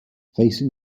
facing